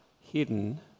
hidden